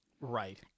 Right